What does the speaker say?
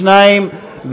שניים,